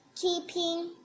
keeping